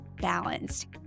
balanced